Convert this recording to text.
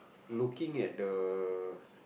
looking at the